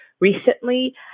Recently